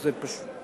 זה פשוט,